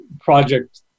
project